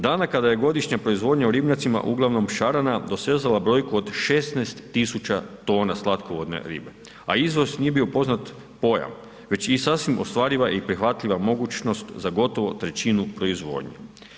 Dane kada je godišnja proizvodnja u ribnjacima uglavnom šarana dosezala brojku od 16 tisuća tona slatkovodne ribe a izvoz nije bio poznat pojam već i sasvim ostvariva i prihvatljiva mogućnost za gotovo trećinu proizvodnje.